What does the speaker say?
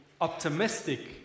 optimistic